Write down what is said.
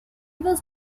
was